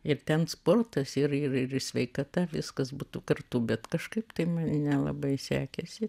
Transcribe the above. ir ten sportas ir ir ir sveikata viskas būtų kartu bet kažkaip tai nelabai sekėsi